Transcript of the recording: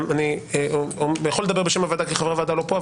אני לא יכול לדבר בשם הוועדה כי חברי הוועדה לא פה,